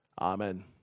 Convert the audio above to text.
Amen